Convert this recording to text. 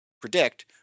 predict